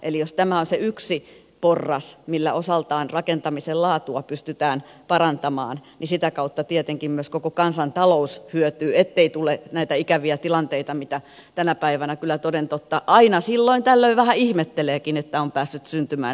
eli jos tämä on se yksi porras millä osaltaan rakentamisen laatua pystytään parantamaan niin sitä kautta tietenkin myös koko kansantalous hyötyy kun ei tule näitä ikäviä tilanteita mitä tänä päivänä kyllä toden totta mitä aina silloin tällöin vähän ihmetteleekin on päässyt syntymään